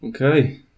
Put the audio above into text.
Okay